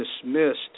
dismissed